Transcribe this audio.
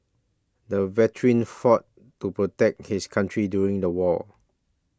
the veteran fought to protect his country during the war